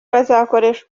bazakoresha